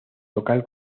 local